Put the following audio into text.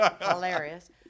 Hilarious